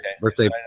birthday